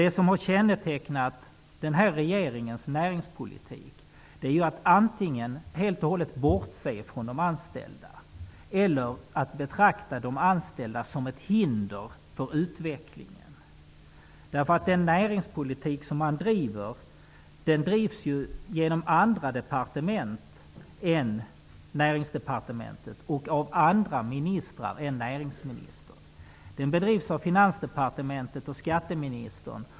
Det som har kännetecknat regeringens näringspolitik är att man antingen helt och hållet har bortsett från de anställda eller också betraktat dem som ett hinder för utvecklingen. Den näringspolitik som man driver drivs genom andra departement än Näringsdepartementet och av andra ministrar än näringsministern. Den bedrivs av Finansdepartementet och skatteministern.